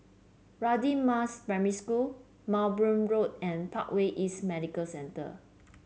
Radin Mas Primary School Mowbray Road and Parkway East Medical Center